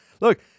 Look